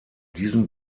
diesem